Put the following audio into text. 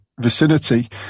vicinity